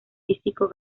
físico